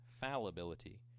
fallibility